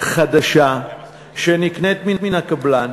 חדשה שנקנית מן הקבלן